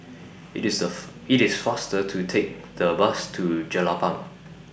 IT IS The IT IS faster to Take The Bus to Jelapang